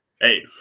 Hey